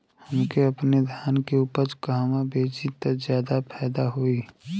हम अपने धान के उपज कहवा बेंचि त ज्यादा फैदा होई?